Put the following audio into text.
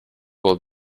will